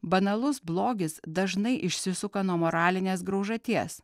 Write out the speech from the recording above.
banalus blogis dažnai išsisuka nuo moralinės graužaties